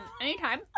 anytime